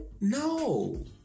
No